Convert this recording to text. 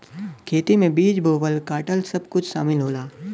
खेती में बीज बोवल काटल सब कुछ सामिल होला